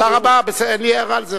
תודה רבה, אין לי הערה על זה.